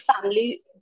family